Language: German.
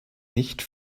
nicht